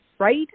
right